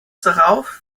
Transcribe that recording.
darauf